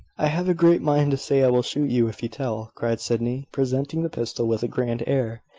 i have a great mind to say i will shoot you if you tell, cried sydney, presenting the pistol with a grand air.